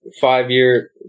Five-year